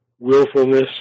willfulness